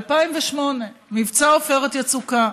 2008, מבצע עופרת יצוקה,